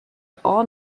all